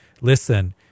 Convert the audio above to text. Listen